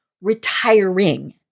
retiring